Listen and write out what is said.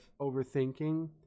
overthinking